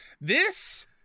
This-